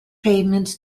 pavements